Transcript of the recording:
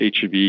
HIV